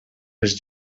les